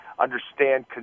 understand